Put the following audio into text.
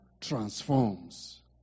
transforms